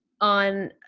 on